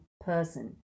person